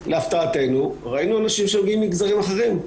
להפתעתנו, ראינו אנשים שמגיעים ממגזרים אחרים.